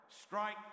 strike